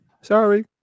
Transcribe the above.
Sorry